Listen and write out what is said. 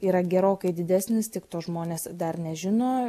yra gerokai didesnis tik to žmonės dar nežino